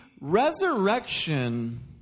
resurrection